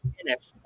finish